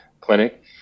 clinic